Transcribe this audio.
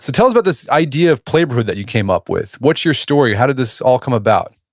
so tell us about this idea of playborhood that you came up with. what's your story? how did this all come about?